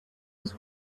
was